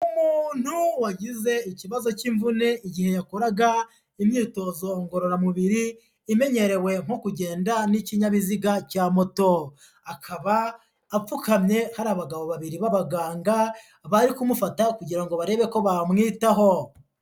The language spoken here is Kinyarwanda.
Umuntu wagize ikibazo cy'imvune igihe yakoraga imyitozo ngororamubiri, imenyerewe nko kugenda n'ikinyabiziga cya moto, akaba apfukamye hari abagabo babiri b'abaganga bari kumufata kugira ngo barebe ko bamwitaho.